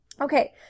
Okay